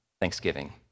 thanksgiving